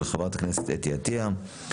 של חברת הכנסת אתי עטייה,